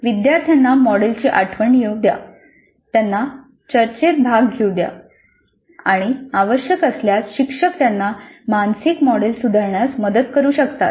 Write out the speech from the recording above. विद्यार्थ्यांना मॉडेलची आठवण येऊ द्या त्यांना चर्चेत भाग घेऊ द्या आणि आवश्यक असल्यास शिक्षक त्यांना मानसिक मॉडेल सुधारण्यास मदत करू शकतात